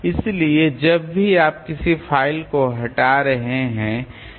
इसलिए जब भी आप किसी फ़ाइल को हटा रहे हैं